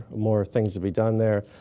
more things to be done there.